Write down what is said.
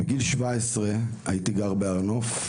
בגיל 17 הייתי גר בהר נוף,